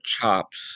chops